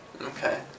Okay